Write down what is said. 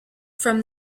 from